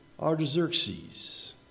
Artaxerxes